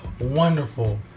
wonderful